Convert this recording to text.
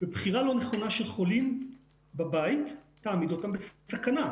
בבחירה לא נכונה של חולים בבית תעמיד אותם בסכנה.